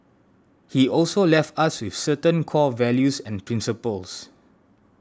he also left us with certain core values and principles